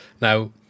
now